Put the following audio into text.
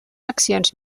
accions